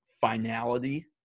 finality